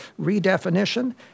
redefinition